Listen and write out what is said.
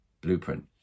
blueprint